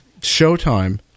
Showtime